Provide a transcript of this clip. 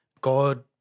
God